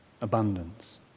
Abundance